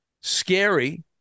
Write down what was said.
Scary